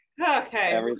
Okay